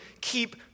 keep